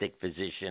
physician